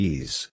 Ease